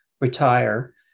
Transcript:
Retire